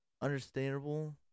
understandable